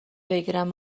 بگیرم